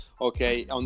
Okay